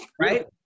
Right